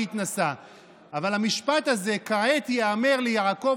כשיש לה 61 חברי כנסת אז עכשיו יהיה חבר כנסת אחד,